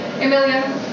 Amelia